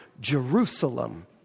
Jerusalem